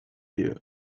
you